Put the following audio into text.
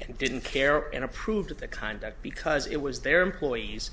and didn't care and approved of the conduct because it was their employees